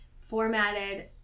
formatted